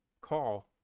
call